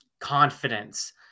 confidence